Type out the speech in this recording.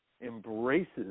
embraces